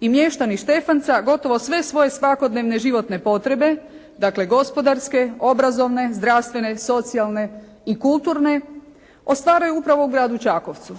I mještani Štefanca gotovo sve svoje svakodnevne životne potrebe, dakle gospodarske, obrazovne, zdravstvene, socijalne i kulturne, ostvaruju upravo u gradu Čakovcu.